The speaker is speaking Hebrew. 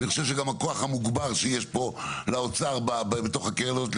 אני גם חושב שהכוח המוגבר שיש לאוצר בתוך הקרן הזאת,